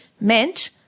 meant